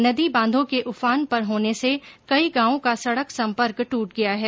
नदी बांधों के उफान पर होने से कई गांवों का सड़क संपर्क दूट गया है